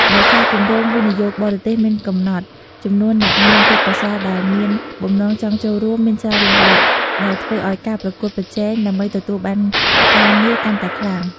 ដោយសារគម្រោងវិនិយោគបរទេសមានកំណត់ ចំនួនអ្នកមានទេពកោសល្យដែលមានបំណងចង់ចូលរួមមានច្រើនលើសលប់ ដែលធ្វើឱ្យការប្រកួតប្រជែងដើម្បីទទួលបានការងារកាន់តែខ្លាំង។